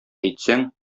әйтсәң